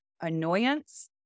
annoyance